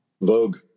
Vogue